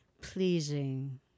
pleasing